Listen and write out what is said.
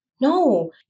no